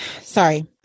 Sorry